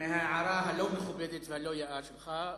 אני אתעלם מההערה הלא-מכובדת והלא-יאה שלך.